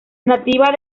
nativa